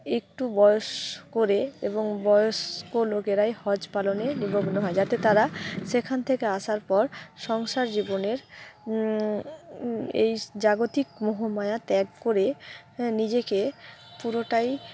একটু বয়স্ করে এবং বয়স্ক লোকেরাই হজ পালনে নিমগ্ন হয় যাতে তারা সেখান থেকে আসার পর সংসার জীবনের এই জাগতিক মোহমায়া ত্যাগ করে নিজেকে পুরোটাই